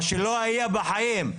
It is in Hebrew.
מה שלא היה בחיים.